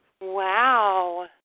Wow